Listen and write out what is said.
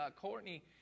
Courtney